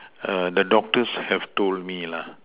err the doctors have told me lah